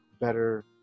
better